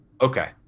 Okay